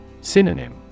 Synonym